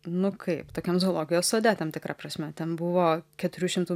nu kaip tokiam zoologijos sode tam tikra prasme ten buvo keturių šimtų